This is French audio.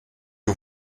que